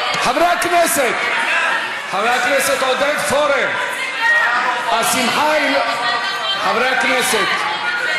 חבר הכנסת עודד פורר, חברי הכנסת,